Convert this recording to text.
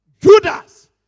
Judas